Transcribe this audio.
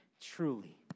Truly